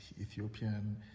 Ethiopian